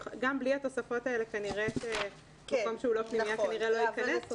גם בלי התוספות האלה כנראה שמקום שהוא לא פנימייה לא ייכנס.